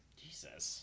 jesus